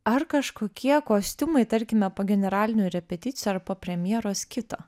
ar kažkokie kostiumai tarkime po generalinių repeticijų ar po premjeros kito